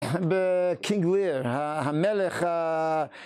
בקינג ליר, המלך ה...